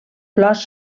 flors